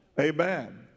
Amen